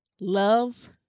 love